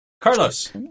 Carlos